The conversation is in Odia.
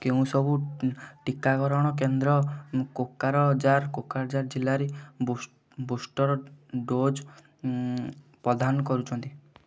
କେଉଁ ସବୁ ଟିକାକରଣ କେନ୍ଦ୍ର କୋକରାଜାର କୋକରାଜାର ଜିଲ୍ଲାରେ ବୁଷ୍ଟ ବୁଷ୍ଟର ଡୋଜ୍ ପ୍ରଦାନ କରୁଛନ୍ତି